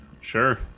Sure